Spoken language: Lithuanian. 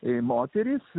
jei moterys